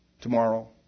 tomorrow